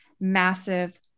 massive